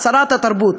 שרת התרבות,